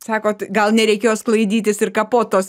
sakot gal nereikėjo sklaidytis ir kapot tos